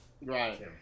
Right